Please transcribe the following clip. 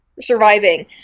surviving